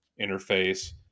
interface